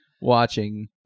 watching